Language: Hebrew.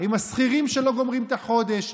עם השכירים שלא גומרים את החודש,